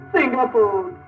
Singapore